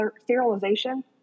sterilization